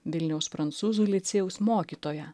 vilniaus prancūzų licėjaus mokytoją